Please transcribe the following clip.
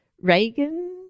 Reagan –